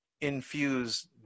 infuse